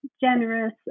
generous